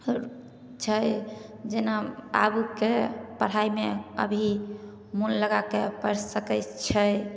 छै जेना आबके पढ़ाइमे अभी मोन लगाके पढ़ि सकय छै